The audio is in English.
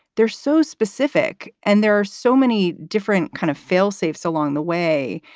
they're so specific and there are so many different kind of failsafes along the way.